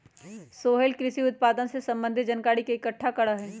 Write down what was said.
सोहेल कृषि उत्पादन से संबंधित जानकारी के इकट्ठा करा हई